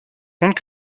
compte